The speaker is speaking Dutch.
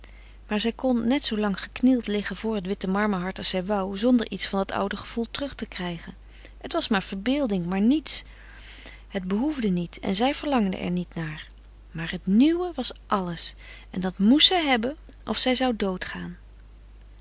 maar zij kon net zoo lang geknield liggen voor het witte marmerhart als zij wou zonder iets van dat oude gevoel terug te krijgen het was maar verbeelding maar niets het behoefde niet en zij verlangde er niet naar maar het nieuwe was alles en dat moest zij hebben of zij zou doodgaan